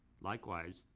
Likewise